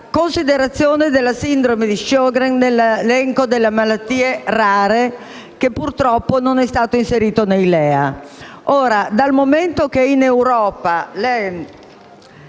considerazione della sindrome di Sjögren nell'elenco delle malattie rare, che purtroppo non è stata inserita nei LEA.